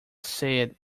said